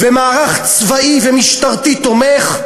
ומערך צבאי ומשטרתי תומך,